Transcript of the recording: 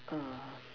err